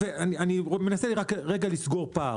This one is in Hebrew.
אני מנסה רק רגע לסגור פער.